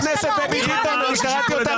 חברת הכנסת דבי ביטון, קראתי אותך.